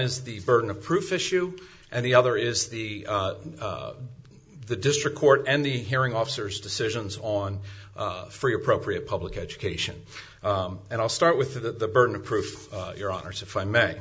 is the burden of proof issue and the other is the the district court and the hearing officers decisions on free appropriate public education and i'll start with the burden of proof your honors if i may